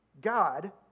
God